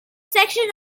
section